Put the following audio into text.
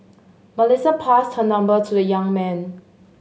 Melissa passed her number to the young man